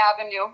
Avenue